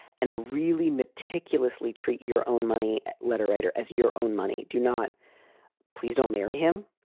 and a really meticulously treat your own money. letter writer as your own money. do not please don't marry him